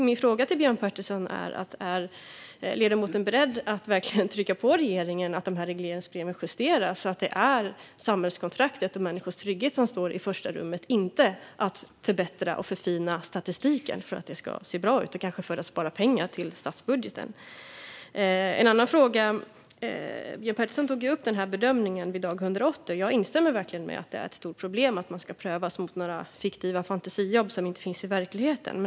Min fråga till Björn Petersson är om ledamoten är beredd att verkligen trycka på regeringen att justera regleringsbreven så att det är samhällskontraktet och människors trygghet som står i första rummet, inte att förbättra och förfina statistiken för att det ska se bra ut och kanske för att spara pengar till statsbudgeten. Jag har också en annan fråga. Björn Petersson tog upp bedömningen vid dag 180, och jag instämmer verkligen i att det är ett stort problem att man ska prövas mot några fiktiva fantasijobb som inte finns i verkligheten.